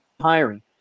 hiring